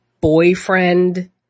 boyfriend